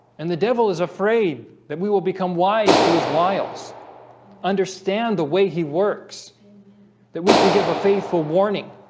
and the devil is afraid that we will become wise to his wiles understand the way he works that we can give a faithful warning